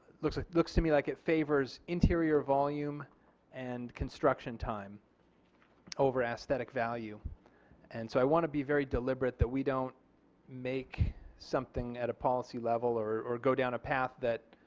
looks looks to me like it favors interior volume and construction time over aesthetic value and so i want to be very deliberate that we don't make something at a policy level or go down a path that,